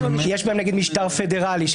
שיש בהן נגיד משטר פדרלי,